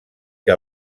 que